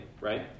right